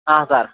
ಹಾಂ ಸರ್